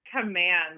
command